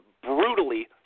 Brutally